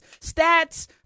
stats